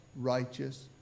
righteous